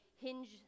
hinge